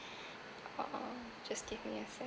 uh just give me a second